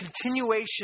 continuation